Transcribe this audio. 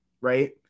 right